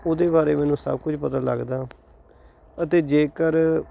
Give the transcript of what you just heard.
ਉਹਦੇ ਬਾਰੇ ਮੈਨੂੰ ਸਭ ਕੁਝ ਪਤਾ ਲੱਗਦਾ ਅਤੇ ਜੇਕਰ